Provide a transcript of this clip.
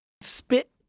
spit